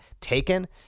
taken